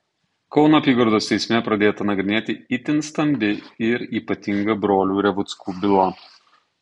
kauno apygardos teisme pradėta nagrinėti itin stambi ir ypatinga brolių revuckų byla